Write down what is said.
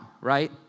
right